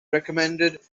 recommended